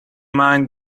mind